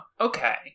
Okay